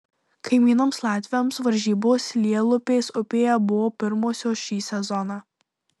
kaimynams latviams varžybos lielupės upėje buvo pirmosios šį sezoną